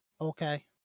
Okay